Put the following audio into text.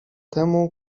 temu